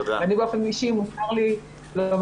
באופן אישי אם מותר לי לומר,